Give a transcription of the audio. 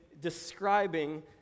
describing